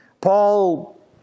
Paul